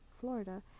Florida